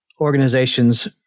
organizations